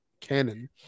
canon